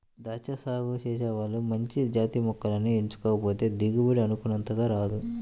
దాచ్చా సాగు చేసే వాళ్ళు మంచి జాతి మొక్కల్ని ఎంచుకోకపోతే దిగుబడి అనుకున్నంతగా రాదు